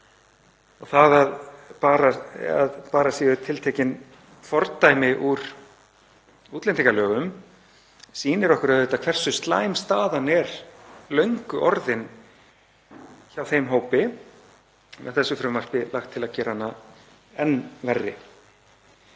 Það að einungis séu tiltekin fordæmi úr útlendingalögum sýnir okkur auðvitað hversu slæm staðan er löngu orðin hjá þeim hóp og með þessu frumvarpi er lagt til að gera hana enn verri.